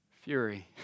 Fury